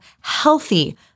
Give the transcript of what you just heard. healthy